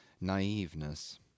naiveness